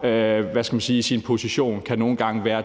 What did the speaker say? simpelt hen kan være